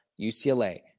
UCLA